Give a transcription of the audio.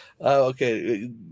Okay